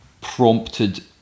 prompted